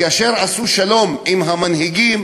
כאשר עשו שלום עם המנהיגים,